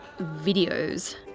videos